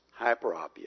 hyperopia